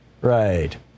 Right